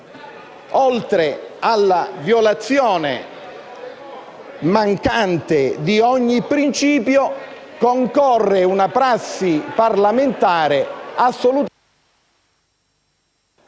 Oltre alla violazione mancante di ogni principio, concorre una prassi parlamentare assolutamente...